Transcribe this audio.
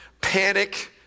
panic